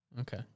Okay